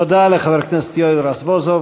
תודה לחבר הכנסת יואל רזבוזוב.